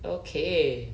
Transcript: okay